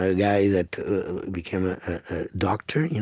ah guy that became a ah doctor. you know